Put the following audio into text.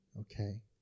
Okay